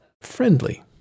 friendly